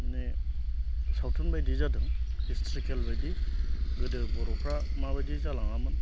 माने सावथुन बायदि जादों हिस्ट्रिकेल बायदि गोदो बर'फ्रा माबायदि जालाङामोन